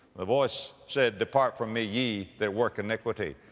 the voice said, depart from me, ye that work iniquity.